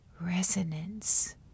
resonance